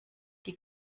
die